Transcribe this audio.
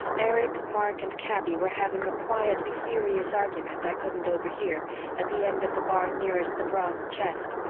erich, mark and kaby were having a quietly furious argument i couldn't overhear at the end of the bar nearest the bronze chest,